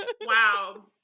Wow